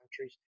countries